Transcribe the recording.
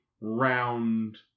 round